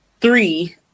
three